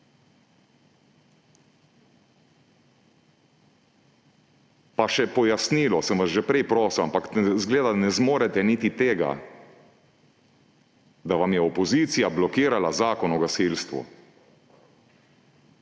Pa še pojasnilo tega – sem vas že prej prosil, ampak izgleda, da ne zmorete niti tega – da vam je opozicija blokirala zakon o gasilstvu.